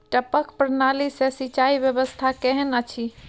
टपक प्रणाली से सिंचाई व्यवस्था केहन अछि?